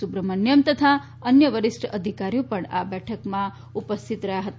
સુબ્રમાસ્થનિયન તથા અન્ય વરિષ્ઠ અધિકારીઓ પણ આ બેઠકમાં ઉપસ્થિત રહ્યા હતા